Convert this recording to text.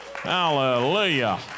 Hallelujah